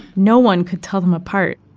no one could tell them apart.